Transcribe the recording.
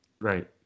right